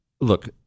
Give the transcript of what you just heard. look